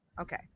Okay